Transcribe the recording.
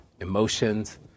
emotions